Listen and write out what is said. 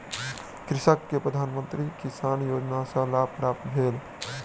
कृषक के प्रधान मंत्री किसान योजना सॅ लाभ प्राप्त भेल